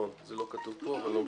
זה לא כתוב פה, אבל זכרתי.